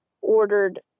ordered